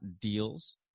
deals